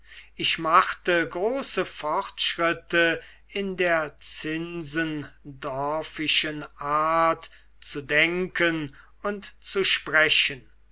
ich machte große fortschritte in der zinzendorfischen art zu denken und zu sprechen